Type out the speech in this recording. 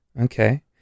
Okay